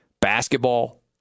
basketball